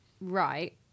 Right